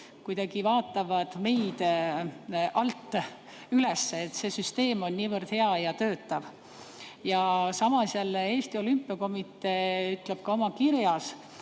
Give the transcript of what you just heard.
kuidagi vaatavad meile alt üles, sest see süsteem on niivõrd hea ja töötav. Samas ütleb Eesti Olümpiakomitee oma kirjas,